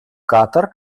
катар